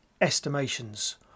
estimations